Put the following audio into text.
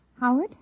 Howard